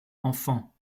enfant